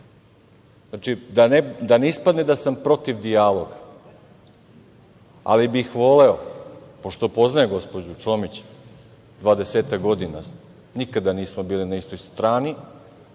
Da ne ispadne da sam protiv dijaloga, ali bih voleo, pošto poznajem gospođu Čomić dvadesetak godina, nikada nismo bili na istoj strani,